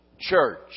church